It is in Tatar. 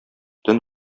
төн